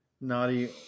Naughty